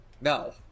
no